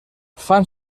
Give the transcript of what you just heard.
fan